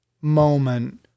moment